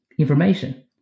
information